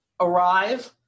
arrive